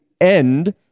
end